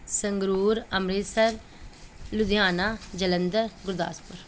Sangrur Amritsar Ludhiana Jalandhar Gurdaspur